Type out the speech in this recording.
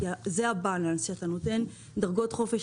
כי זה הבאלאנס אתה נותן דרגות חופש